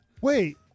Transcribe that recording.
Wait